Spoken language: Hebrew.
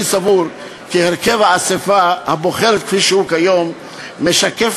אני סבור כי הרכב האספה הבוחרת כפי שהוא כיום משקף